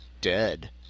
dead